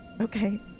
Okay